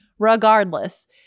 Regardless